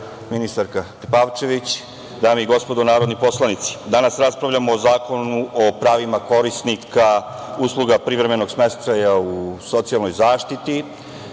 ministarka Tepavčević, dame i gospodo narodni poslanici, danas raspravljamo o Zakonu o pravima korisnika usluga privremenog smeštaja u socijalnoj zaštiti,